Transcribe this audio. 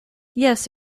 yes